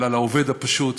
אלא לעובד הפשוט,